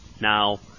Now